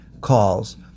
calls